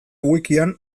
wikian